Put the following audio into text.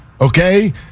okay